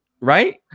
Right